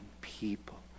people